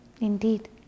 Indeed